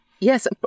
Yes